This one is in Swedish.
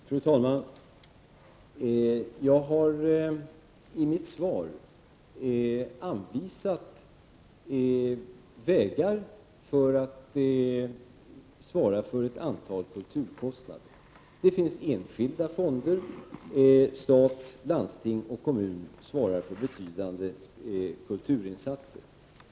Fru talman! Jag har i mitt svar anvisat vägar när det gäller att svara för ett antal kulturkostnader. Det finns enskilda fonder, och stat, landsting och kommuner svarar för betydande kulturinsatser.